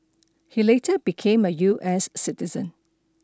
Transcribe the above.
he later became a U S citizen